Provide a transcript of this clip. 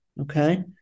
okay